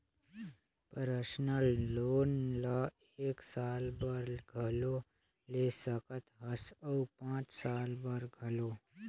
personal loan ल एक साल बर घलो ले सकत हस अउ पाँच साल बर घलो